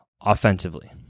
offensively